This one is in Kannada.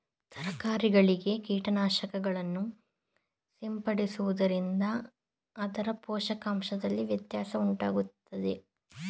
ತರಕಾರಿಗಳಿಗೆ ಕೀಟನಾಶಕಗಳನ್ನು ಸಿಂಪಡಿಸುವುದರಿಂದ ಅದರ ಪೋಷಕಾಂಶದಲ್ಲಿ ವ್ಯತ್ಯಾಸ ಉಂಟಾಗುವುದೇ?